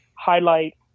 highlight